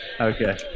okay